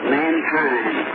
mankind